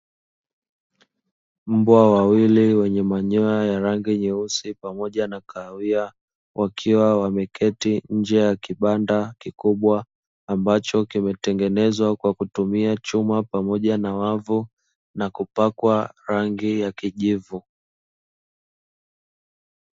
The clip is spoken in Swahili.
Mbwa wawili wenye manyoya ya rangi nyeusi pamoja na kahawia, wakiwa wameketi nje ya kibanda kikubwa, ambacho kimetengenezwa kwa kutumia chuma pamoja na wavu na kupakwa rangi ya kijivu.